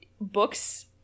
books